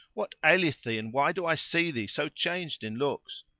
what aileth thee and why do i see thee so changed in looks?